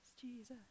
Jesus